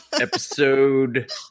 Episode